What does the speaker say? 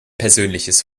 persönliches